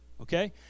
okay